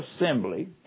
assembly